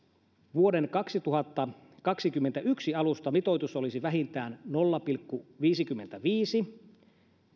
vuoden kaksituhattakaksikymmentäyksi alusta mitoitus olisi vähintään nolla pilkku viisikymmentäviisi